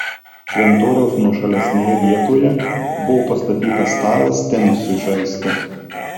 šventoriaus nuošalesnėje vietoje buvo pastatytas stalas tenisui žaisti